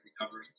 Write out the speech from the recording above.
recovery